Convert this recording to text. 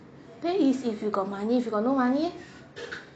that is if you got money if you got no money eh